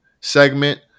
segment